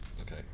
Okay